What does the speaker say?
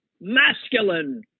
masculine